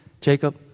Jacob